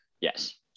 Yes